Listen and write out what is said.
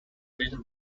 written